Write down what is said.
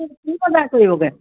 কি বজাৰ কৰিবগৈ